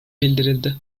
bildirildi